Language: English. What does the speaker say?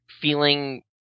feeling